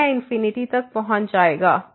तो यह इनफिनिटी तक पहुंच जाएगा